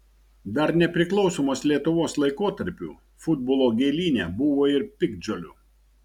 dar nepriklausomos lietuvos laikotarpiu futbolo gėlyne buvo ir piktžolių